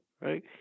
right